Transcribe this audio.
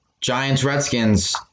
Giants-Redskins